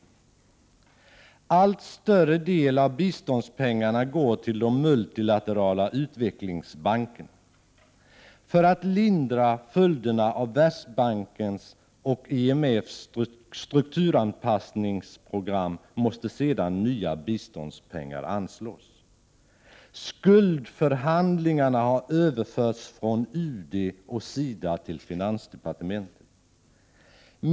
En allt större del av biståndspengarna går till de multilaterala utvecklingsbankerna. För att lindra följderna av världsbankens och IMF:s strukturanpassningsprogram måste sedan nya biståndspengar anslås. Skuldförhandlingarna har överförts från UD och SIDA till finansdepartementet.